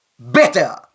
better